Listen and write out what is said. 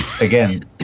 again